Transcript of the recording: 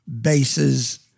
bases